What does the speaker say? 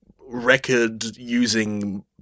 record-using